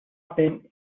bin